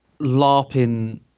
LARPing